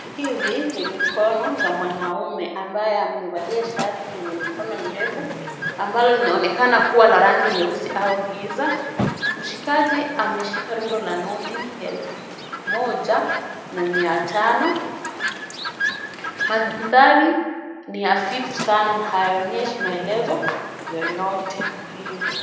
Hizi ni mikono za mwanaume ambaye amevalia shati lenye mikono mirefu, ambalo linaonekana kuwa la rangi nyeusi au giza. Mshikaji ameshika rundo la noti ya elfu moja na mia tano. Mandhari ni hafifu sana na hayaonyeshi maelezo yoyote muhimu.